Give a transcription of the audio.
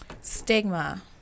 stigma